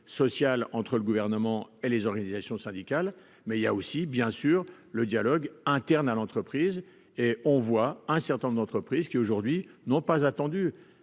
social entre le gouvernement et les organisations syndicales, mais il y a aussi, bien sûr, le dialogue interne à l'entreprise et on voit un certain nombre d'entreprises qui aujourd'hui n'ont pas attendu